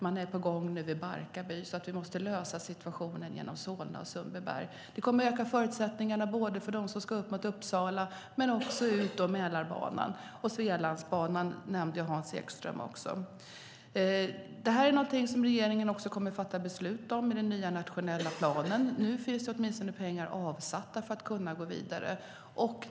Man är nu på gång vid Barkarby, och vi måste lösa situationen genom Solna och Sundbyberg. Det kommer att förbättra förutsättningarna för dem som ska norrut mot Uppsala och också för dem ska utmed Mälarbanan. Svealandsbanan nämnde Hans Ekström också. Detta är något som regeringen nu kommer att fatta beslut om i den nya nationella planen. Nu finns åtminstone pengar avsatta för att kunna gå vidare.